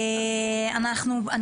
בוקר טוב לכולם.